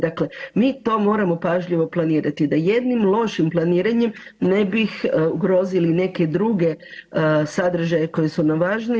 Dakle, mi to moramo pažljivo planirati da jednim lošim planiranjem ne bih ugrozili neke druge sadržaje koji su nam važni.